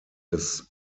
des